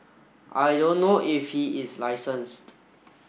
I don't know if he is licenced